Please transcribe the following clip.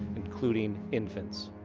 including infants.